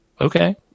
Okay